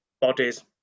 bodies